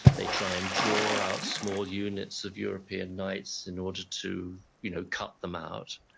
they try and draw out small units of european knights in order to you know cut them out.